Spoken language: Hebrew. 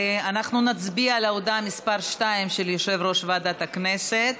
אנחנו נצביע על הודעה מס' 2 של יושב-ראש ועדת הכנסת.